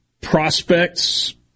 prospects